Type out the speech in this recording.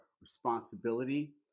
responsibility